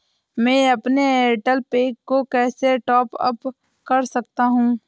मैं अपने एयरटेल पैक को कैसे टॉप अप कर सकता हूँ?